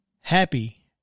Happy